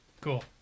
Cool